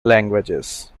languages